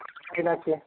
কেনা আছে